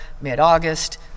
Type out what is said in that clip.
mid-august